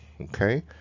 okay